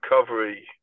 recovery